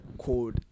called